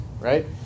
right